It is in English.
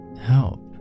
help